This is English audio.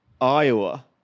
Iowa